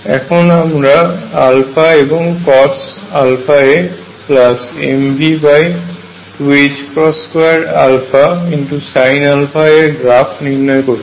এখন আমরা এবং CosαamV22α Sinαa এর গ্রাফ নির্নয় করছি